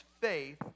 faith